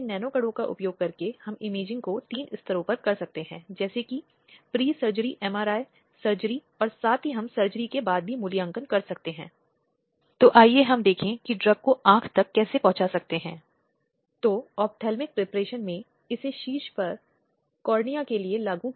ताक झांक विशेष रूप से उन स्थितियों की बात करता है जहां किसी एक निजी कार्य में किसी को देखकर चित्र ले लिया गया हो